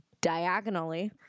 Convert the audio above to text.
diagonally